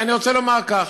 אני רוצה לומר כך,